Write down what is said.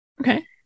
Okay